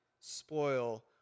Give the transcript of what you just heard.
spoil